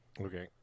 Okay